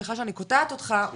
סליחה שאני קוטעת אותך,